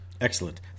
Excellent